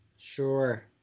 Sure